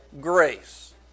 grace